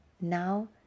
now